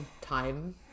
time